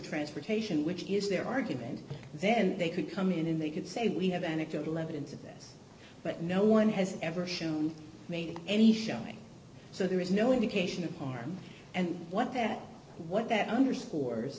transportation which is their argument then they could come in and they could say we have anecdotal evidence of this but no one has ever shown me any shelling so there is no indication of harm and what that what that underscores